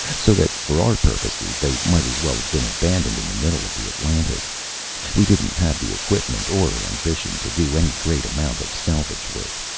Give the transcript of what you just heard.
so that for our purposes they might as well have been abandoned in the middle of the atlantic we didn't have the equipment or ambition to do any great amount of salvage work.